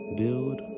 build